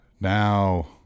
now